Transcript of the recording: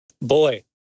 boy